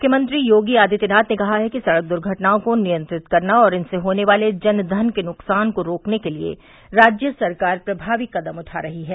मुख्यमंत्री योगी आदित्यनाथ ने कहा है कि सड़क दुर्घटनाओं को नियंत्रित करना और इनसे होने वाले जन धन के नुकसान को रोकने के लिए राज्य सरकार प्रभावी कदम उठा रही है